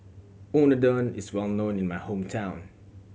unadon is well known in my hometown